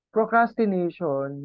Procrastination